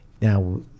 Now